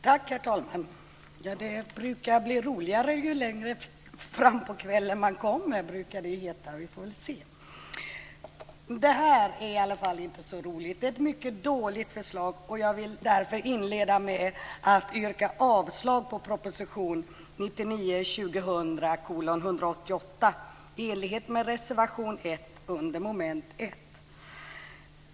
Herr talman! Det brukar bli roligare ju längre fram på kvällen man kommer, som det heter; vi får väl se hur det blir. Det här är i alla fall inte så roligt, för det är ett mycket dåligt förslag. Jag inleder därför med att yrka avslag på proposition 1999/2000:188, i enlighet med reservation 1 under mom. 1.